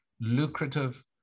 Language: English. lucrative